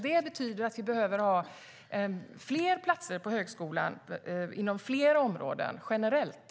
Det betyder att vi behöver ha fler platser på högskolan, inom fler områden - generellt.